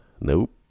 Nope